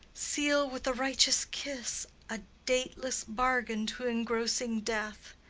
seal with a righteous kiss a dateless bargain to engrossing death!